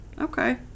okay